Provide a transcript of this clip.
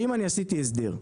שאם אני עשיתי הסדר,